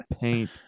paint